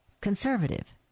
conservative